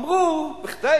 אמרו שכדי